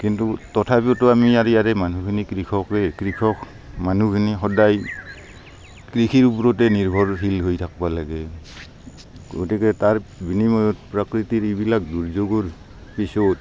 কিন্তু তথাপিতো আমি আৰ ইয়াৰে মানুহখিনি কৃষকে কৃষক মানুহখিনি সদাই কৃষিৰ ওপৰতে নিৰ্ভৰশীল হৈ থাকিব লাগে গতিকে তাৰ বিনিময়ত প্ৰকৃতিৰ এইবিলাক দুৰ্যোগৰ পিছত